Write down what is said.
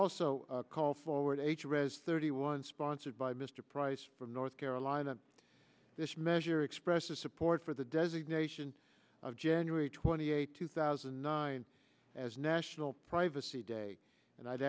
also call forward h r as thirty one sponsored by mr price from north carolina this measure expressed support for the designation of january twenty eighth two thousand and nine as national privacy day and i'd